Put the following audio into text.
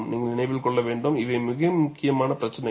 நீங்கள் நினைவில் கொள்ள வேண்டும் இவை மிக முக்கியமான பிரச்சினைகள்